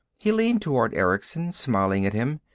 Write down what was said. he leaned toward erickson, smiling at him.